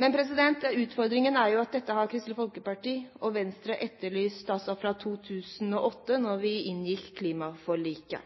Men utfordringen er jo at dette har Kristelig Folkeparti og Venstre etterlyst fra 2008, da vi inngikk klimaforliket.